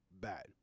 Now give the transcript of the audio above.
bad